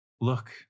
look